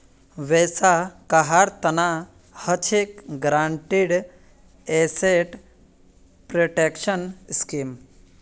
वैसा कहार तना हछेक गारंटीड एसेट प्रोटेक्शन स्कीम